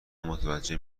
متوجه